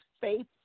faith